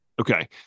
Okay